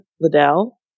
Liddell